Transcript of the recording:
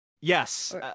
Yes